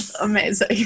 Amazing